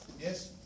yes